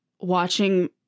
watching